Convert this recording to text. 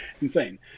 insane